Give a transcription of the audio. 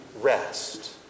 rest